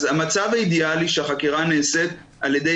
המצב האידיאלי הוא שהחקירה נעשית על ידי